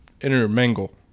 intermingle